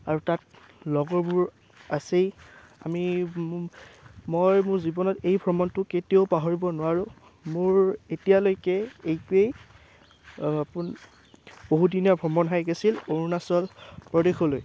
আৰু তাত লগৰবোৰ আছেই আমি মই মোৰ জীৱনত এই ভ্ৰমণটো কেতিয়াও পাহৰিব নোৱাৰোঁ মোৰ এতিয়ালৈকে এইটোৱে বহুদিনীয়া ভ্ৰমণ হাইক আছিল অৰুণাচল প্ৰদেশলৈ